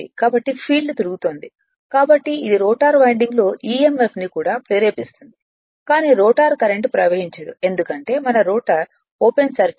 కాబట్టి ఫీల్డ్ తిరుగుతోంది కాబట్టి ఇది రోటర్ వైండింగ్లో emf ని కూడా ప్రేరేపిస్తుంది కాని రోటర్ కరెంట్ ప్రవహించదు ఎందుకంటే మన రోటర్ ఓపెన్ సర్క్యూట్